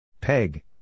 Peg